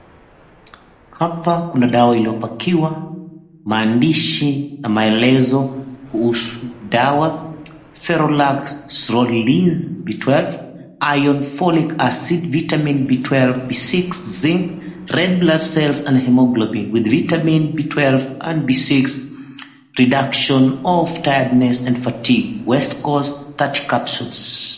Hapa kuna dawa iliyopakiwa mahandishi na maelezo kuhusu dawa, "Ferolax Zroliz B12 Ironpholic Acid vitamin B12 Bc, Zinc Red Blood Cells and Haemoglobin with Vitamin B12 and B6 Reduction of Tiredness and Fatigue Westcorse 30 capsules."